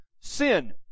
sin